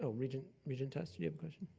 ah regent regent tuss? you have a question?